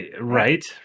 right